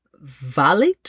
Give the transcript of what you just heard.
valid